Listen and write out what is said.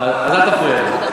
לא, לא, יש לך את כל הזמן שבעולם.